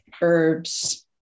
herbs